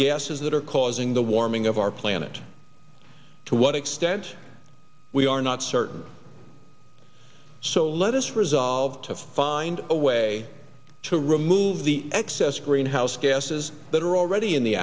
gases that are causing the warming of our planet to what extent we are not certain so let us resolve to find a way to remove the excess greenhouse gases that are already in the